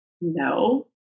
no